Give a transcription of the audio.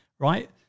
right